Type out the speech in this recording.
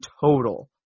total